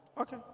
Okay